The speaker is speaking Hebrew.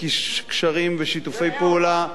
קשרים ושיתופי פעולה,